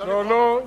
לא לא,